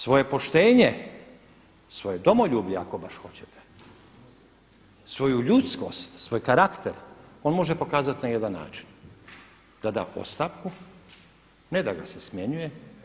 Svoje poštenje, svoje domoljublje ako baš hoćete, svoju ljudskost, svoj karakter on može pokazati na jedan način da da ostavku, ne da ga se smjenjuje.